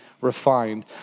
refined